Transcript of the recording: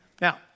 Now